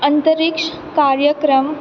अंतरिक्ष कार्यक्रम